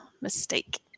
mistake